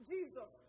Jesus